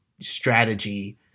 strategy